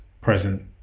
present